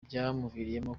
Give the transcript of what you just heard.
byamuviriyemo